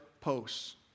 posts